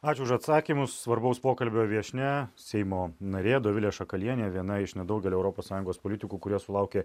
ačiū už atsakymus svarbaus pokalbio viešnia seimo narė dovilė šakalienė viena iš nedaugelio europos sąjungos politikų kurie sulaukė